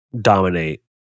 dominate